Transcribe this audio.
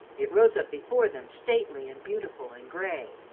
it rose up before them stately and beautiful and grey,